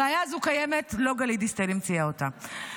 הבעיה הזו קיימת, לא גלית דיסטל המציאה אותה.